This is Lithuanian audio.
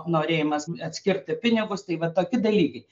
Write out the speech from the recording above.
norėjimas atskirti pinigus tai va tokie dalykai